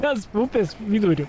kas upės viduriu